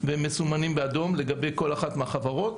והם מסומנים באדום לגבי כל אחת מהחברות,